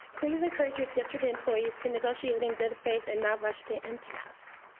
please encourage your district employees to negotiate in good faith and not rush to impasse.